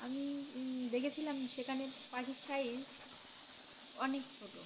আমি দেখেছিলাম সেখানে পাখির সাইজ অনেক ছোটো